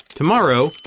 Tomorrow